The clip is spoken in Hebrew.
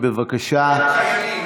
קח אזרחים.